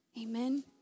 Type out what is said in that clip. Amen